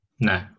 No